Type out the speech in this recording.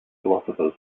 philosophers